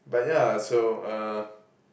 but ya so uh